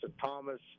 Thomas